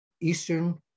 Eastern